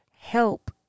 help